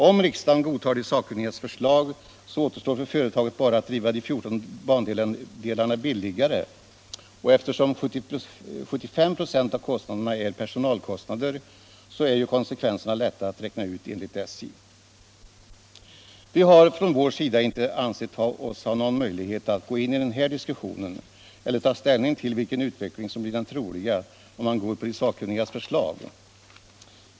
Om riksdagen godtar de sakkunnigas förslag, återstår för företaget bara att driva de 14 bandelarna billigare, och eftersom 75 26 av kostnaderna är personalkostnader, är konsekvenserna lätta att räkna ut enligt SJ. Vi har från vår sida inte ansett oss ha någon möjlighet att gå in i den här diskussionen eller ta ställning till vilken utveckling som blir den troliga om riksdagen antar de sakkunnigas förslag.